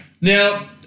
Now